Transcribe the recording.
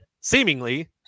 seemingly